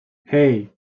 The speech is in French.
hey